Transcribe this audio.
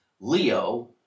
Leo